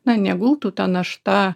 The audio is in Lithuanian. na negultų ta našta